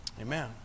Amen